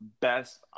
best